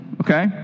okay